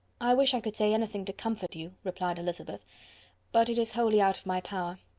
i wish i could say anything to comfort you, replied elizabeth but it is wholly out of my power.